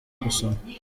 gusoma